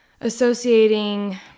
associating